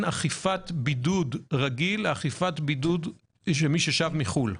אכיפת בידוד רגיל לאכיפת בידוד של מי ששב מחו"ל.